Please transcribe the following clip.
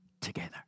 together